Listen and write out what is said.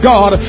God